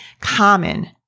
common